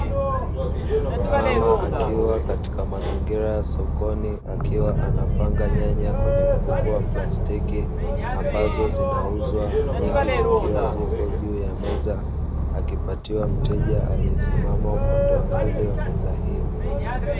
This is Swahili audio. Mama akiwa katika mazingira ya sokoni akiwa anapanga nyanya kwenye mfuko wa plastiki ambazo zinauzwa, nyingi zikiwa zipo ju ya meza akipatiwa mteja aliyesimama upande wa pili wa meza hiyo.